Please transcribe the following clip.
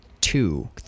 two